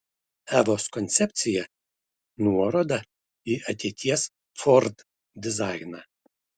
evos koncepcija nuoroda į ateities ford dizainą